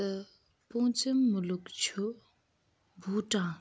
تِہ پونٛژم مُلک چھُ بوٹان